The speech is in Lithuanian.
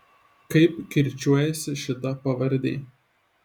kaip kirčiuojasi šita pavardė